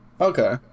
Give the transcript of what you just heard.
Okay